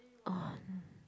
oh no